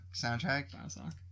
soundtrack